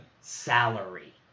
salary